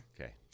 Okay